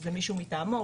זה מישהו מטעמו.